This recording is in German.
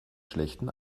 schlechten